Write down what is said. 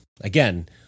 Again